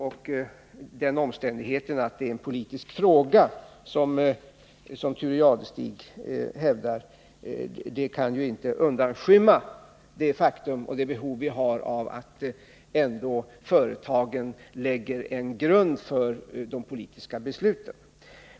Och den omständigheten att det är en politisk fråga, som Thure Jadestig hävdar, kan inte undanskymma det faktum att vi har behov av att företagen ändå lägger en grund för de politiska besluten.